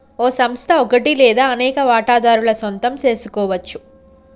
ఓ సంస్థ ఒకటి లేదా అనేక వాటాదారుల సొంతం సెసుకోవచ్చు